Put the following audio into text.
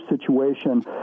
situation